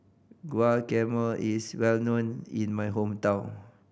guacamole is well known in my hometown